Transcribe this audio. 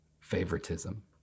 favoritism